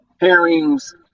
Herring's